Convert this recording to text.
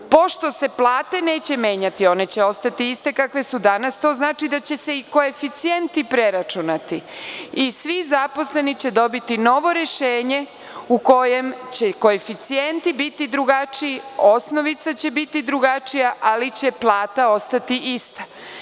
Pošto se plate neće menjati, one će ostati iste kakve su danas, to znači da će se i koeficijenti preračunati i svi zaposleni će dobiti novo rešenje u kojem će i koeficijenti biti drugačiji, osnovica će biti drugačija, ali će plata ostati ista.